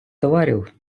товарів